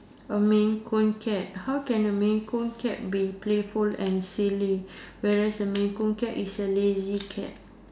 a maine coon cat how can a maine coon cat be playful and silly whereas a maine coon cat is a lazy cat